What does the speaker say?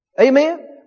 Amen